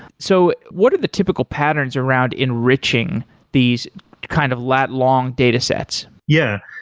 so what are the typical patterns around enriching these kind of lat long data sets? yeah,